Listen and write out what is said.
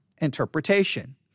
interpretation